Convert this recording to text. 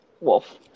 wolf